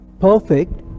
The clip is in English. Perfect